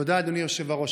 תודה, אדוני היושב-ראש.